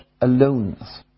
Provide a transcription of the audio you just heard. aloneness